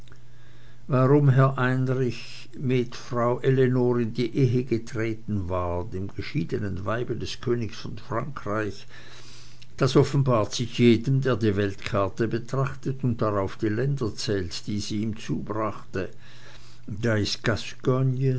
warum herr heinrich mit frau ellenor in die ehe getreten war dem geschiedenen weibe des königs von frankreich das offenbart sich jedem der die weltkarte betrachtet und darauf die länder zählt die sie ihm zubrachte das ist